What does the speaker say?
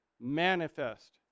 manifest